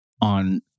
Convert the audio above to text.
on